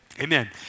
Amen